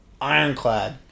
Ironclad